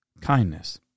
kindness